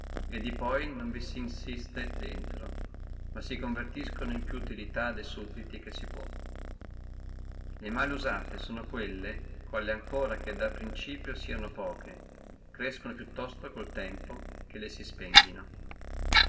e di poi non vi si insiste drento ma si convertiscono in più utilità de sudditi che si può male usate sono quelle le quali ancora che nel principio sieno poche più tosto col tempo crescono che le si spenghino